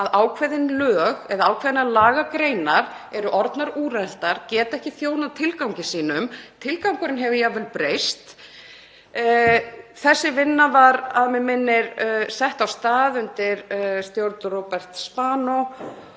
að ákveðin lög eða ákveðnar lagagreinar eru orðnar úreltar, geta ekki þjónað tilgangi sínum. Tilgangurinn hefur jafnvel breyst. Þessi vinna var, að mig minnir, sett af stað undir stjórn Róberts Spanó